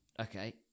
Okay